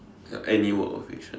ya any work of fiction